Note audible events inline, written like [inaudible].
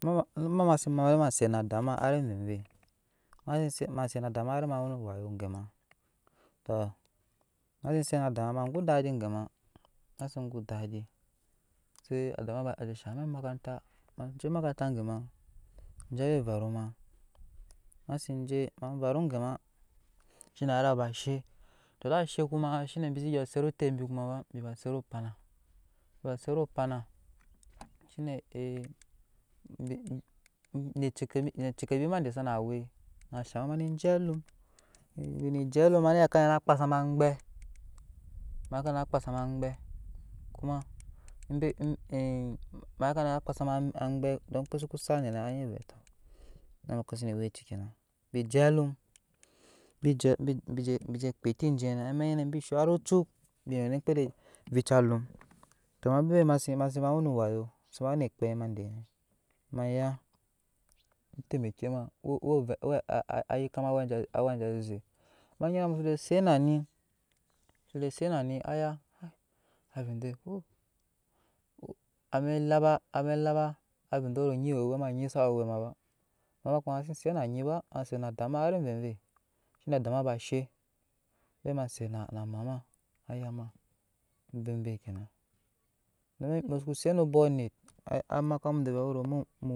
[unintelligible] Ema maze mat ema ma set na a dama arii na ve vei ma set na adama ari ma we n owaya gema tɔ ma se set na adama ma go odadi gema ma se go adadi ze ada ma ba shan ma emakaranta maje emakaranta gema je awa everu ma ma seje ma varugema shine harii aba she sa ba shekkuma shine bi si gyɔɔ set otep bi kuma bu biba set opan a zee ebi se ba set opana zhine he ne cekebima ne cekebima de zana we na zhan ema je alum bi ne je alum hari okanyinɛ na kpaa sama angɓɛ. kuma [hesitation] ebe na kpaa sama angbɛ okpei suku sat edekenɛ tɔɔ anyi vɛɛ na amɛks ebi senewe awɛci kiyena bi je aluma bije kpee eti jene hari ocuk bi newwe eme omkpede evicaalum to ama bebe ema sebewe no owayo se be. wene ekpei ma denɛ maya uts emekema uww ovɛɛ [hesitation] ayek kaa awaje ae ama nyimu soje set nani ayaba avɛɛ ede [hesitation] avɛɛ de anyi wo owɛ ma onyisa we owɛ ma ba ma kuma ba se zet na nyi maa set na ada ma hari amvei vei shine adama ba she se ma set na amama ayamma bebe kyena domi musuku set no obɔk onet. [unintelligible]